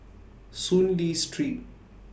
Soon Lee Street